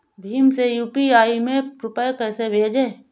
भीम से यू.पी.आई में रूपए कैसे भेजें?